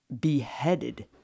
beheaded